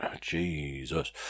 Jesus